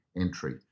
entry